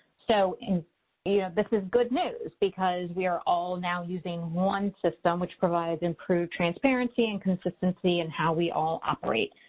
so, you know this is good news because we are all now using one system which provides improved transparency and consistency in how we all operate,